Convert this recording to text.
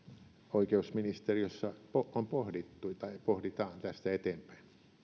oikeusministeriössä on pohdittu tai pohditaan tästä eteenpäin